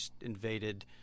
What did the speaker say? invaded